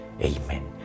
Amen